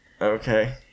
Okay